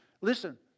Listen